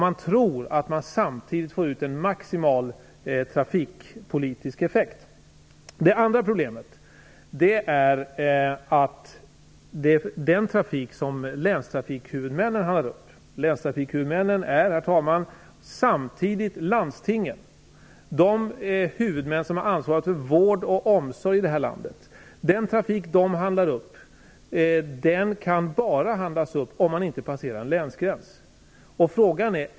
Man tror att man samtidigt skall få ut en maximal trafikpolitisk effekt. Det andra problemet är att den trafik som länstrafikhuvudmännen handlar upp - länstrafikhuvudmännen är landstingen, dvs. de huvudmän som har ansvaret för vård och omsorg i landet - bara kan handlas upp om inte en länsgräns passeras.